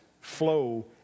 flow